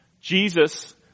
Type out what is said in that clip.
Jesus